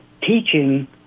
teaching